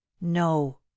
No